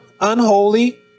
unholy